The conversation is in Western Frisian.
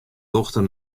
dochter